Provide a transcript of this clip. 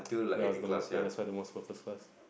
ya that was that's why the most comfort class